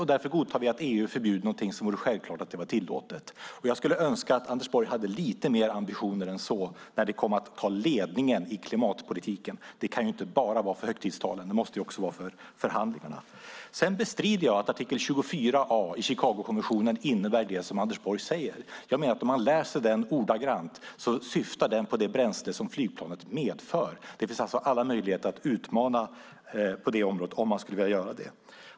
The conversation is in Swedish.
Och därför godtar vi att EU förbjuder någonting som självklart borde vara tillåtet. Jag skulle önska att Anders Borg hade lite mer ambitioner än så när det kommer till att ta ledningen i klimatpolitiken. Det kan ju inte bara vara för högtidstalen. Det måste också vara för förhandlingarna. Sedan bestrider jag att artikel 24 A i Chicagokommissionen innebär det som Anders Borg säger. Jag menar att om man läser den ordagrant framgår det att den syftar på det bränsle som flygplanet medför. Det finns alltså alla möjligheter att utmana på det området om man skulle vilja göra det.